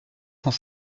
cent